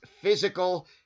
physical